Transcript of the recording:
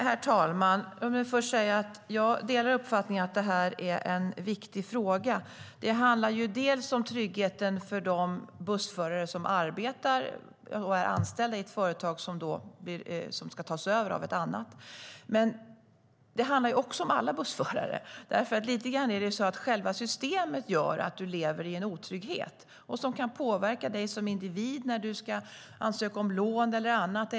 Herr talman! Låt mig först säga att jag delar uppfattningen att det här är en viktig fråga. Det handlar om tryggheten för de bussförare som arbetar och är anställda i ett företag som ska tas över av ett annat. Men det handlar också om alla bussförare. Lite grann är det nämligen så att själva systemet gör att du lever i en otrygghet som kan påverka dig som individ när du ska ansöka om lån eller annat.